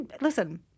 listen